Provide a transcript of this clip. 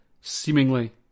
seemingly